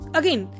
again